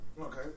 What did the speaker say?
Okay